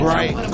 Right